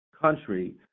country